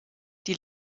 die